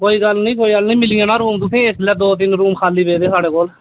कोई गल्ल निं कोई गल्ल निं मिली जाना रूम तुसें गी इसलै दौ तीन रूम पेदे खाली साढ़े कोल